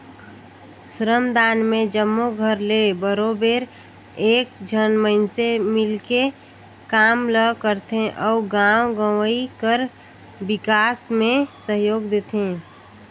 श्रमदान में जम्मो घर ले बरोबेर एक झन मइनसे मिलके काम ल करथे अउ गाँव गंवई कर बिकास में सहयोग देथे